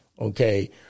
Okay